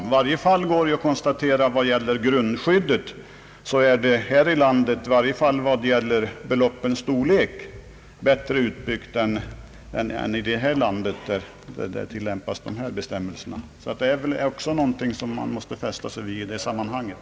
I varje fall kan man dock konstatera att grundskyddet här i landet är bättre utbyggt vad gäller beloppens storlek än i det land där dessa bestämmelser tilllämpas. Detta måste man väl också ta hänsyn till i sammanhanget.